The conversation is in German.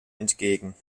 entgegen